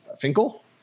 Finkel